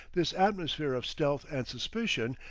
this atmosphere of stealth and suspicion,